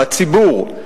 הציבור,